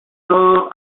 todo